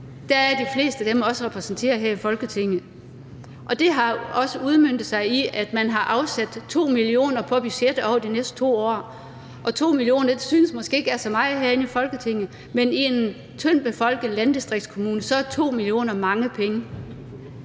er de fleste også repræsenteret her i Folketinget. Det har også udmøntet sig i, at man har afsat 2 mio. kr. på budgettet over de næste 2 år. 2 mio. kr. synes måske ikke af så meget herinde i Folketinget, men i en tyndt befolket landdistriktskommune er 2 mio. kr. mange penge.